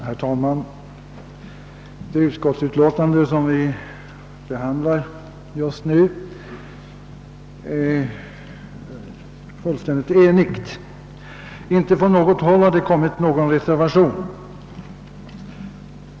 Herr talman! I fråga om det utskottsutlåtande som vi just nu behandlar har utskottet varit fullständigt enigt. Inte från något håll har det avgivits någon reservation.